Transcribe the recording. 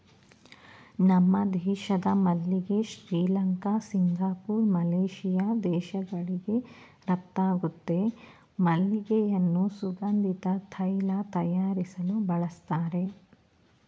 ನಮ್ಮ ದೇಶದ ಮಲ್ಲಿಗೆ ಶ್ರೀಲಂಕಾ ಸಿಂಗಪೂರ್ ಮಲೇಶಿಯಾ ದೇಶಗಳಿಗೆ ರಫ್ತಾಗುತ್ತೆ ಮಲ್ಲಿಗೆಯನ್ನು ಸುಗಂಧಿತ ತೈಲ ತಯಾರಿಸಲು ಬಳಸ್ತರೆ